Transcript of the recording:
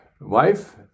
wife